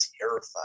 terrified